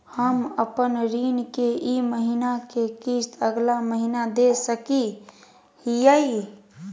हम अपन ऋण के ई महीना के किस्त अगला महीना दे सकी हियई?